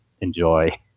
enjoy